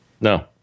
No